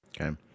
Okay